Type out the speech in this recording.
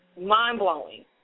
mind-blowing